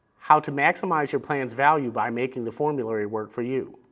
how to maximize your plan's value by making the formulary work for you,